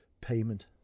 payment